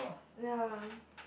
ya